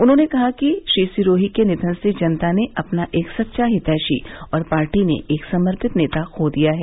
उन्होंने कहा कि श्री सिरोही के निधन से जनता ने अपना एक सच्चा हितेषी और पार्टी ने एक समर्पित नेता खो दिया है